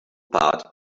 part